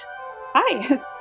Hi